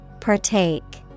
Partake